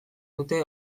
dute